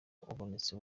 ubonetse